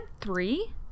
three